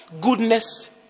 goodness